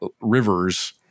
rivers